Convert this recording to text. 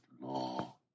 Law